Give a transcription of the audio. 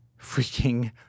freaking